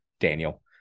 Daniel